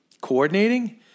coordinating